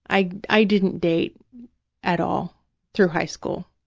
i i didn't date at all through high school,